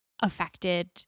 affected